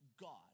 God